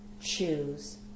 choose